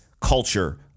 culture